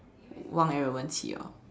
Wang-Ren and Wen-Qi orh